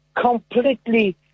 completely